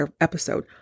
episode